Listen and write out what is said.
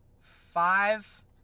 five